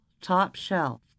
top-shelf